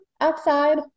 outside